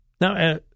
Now